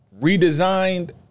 redesigned